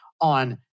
on